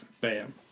bam